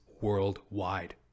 worldwide